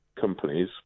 companies